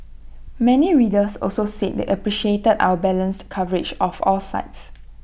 many readers also said they appreciated our balanced coverage of all sides